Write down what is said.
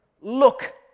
Look